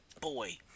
boy